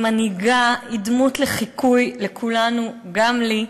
היא מנהיגה, היא דמות לחיקוי לכולנו, גם לי,